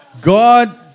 God